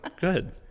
Good